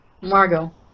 Margot